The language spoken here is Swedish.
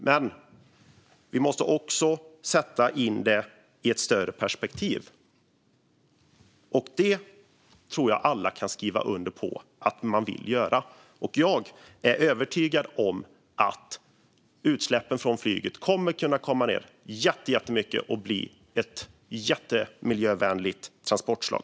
Men vi måste också sätta in det i ett större perspektiv, och det tror jag att alla kan skriva under på att man vill göra. Jag är övertygad om att flyget kommer att kunna minska utsläppen jättemycket och bli ett jättemiljövänligt transportslag.